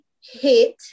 hit